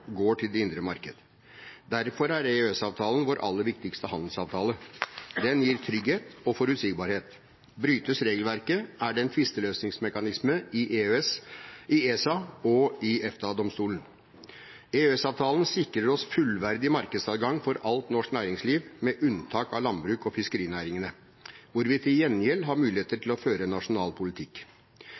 går til det indre marked. Derfor er EØS-avtalen vår aller viktigste handelsavtale. Den gir trygghet og forutsigbarhet. Brytes regelverket, er det en tvisteløsningsmekanisme i ESA og i EFTA-domstolen. EØS-avtalen sikrer oss fullverdig markedsadgang for alt norsk næringsliv, med unntak av landbruks- og fiskerinæringene, hvor vi til gjengjeld har muligheter for å føre en nasjonal politikk.